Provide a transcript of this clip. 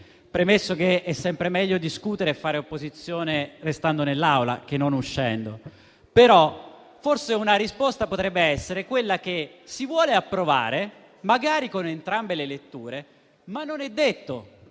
premesso che è sempre meglio discutere e fare opposizione restando in Aula che non uscendo. Forse una risposta potrebbe essere quella che si voglia approvare il disegno di legge magari con entrambe le letture, ma non è detto che